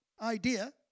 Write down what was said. idea